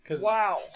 Wow